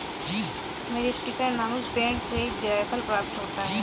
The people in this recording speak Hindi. मीरीस्टिकर नामक पेड़ से जायफल प्राप्त होता है